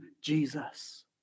Jesus